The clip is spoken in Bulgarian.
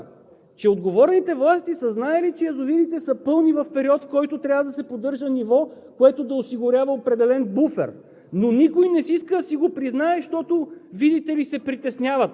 но никой не иска да си го признае. Тоест, той ни казва, че отговорните власти са знаели, че язовирите са пълни в период, в който трябва да се поддържа ниво, което да осигурява определен буфер.